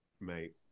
Mate